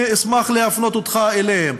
אני אשמח להפנות אותך אליהם.